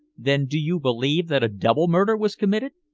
then do you believe that a double murder was committed?